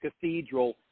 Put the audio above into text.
cathedral